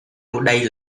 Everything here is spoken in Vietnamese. đây